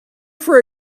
for